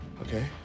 Okay